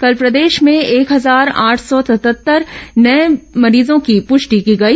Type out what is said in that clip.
कल प्रदेश में एक हजार आठ सौ सतहत्तर नये मरीजों की प्रष्टि की गई